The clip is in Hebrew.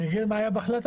אני אגיד מה היה בהחלטה.